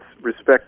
respect